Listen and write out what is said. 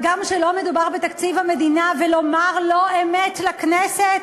הגם שלא מדובר בתקציב המדינה, ולומר לא-אמת לכנסת